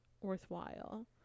worthwhile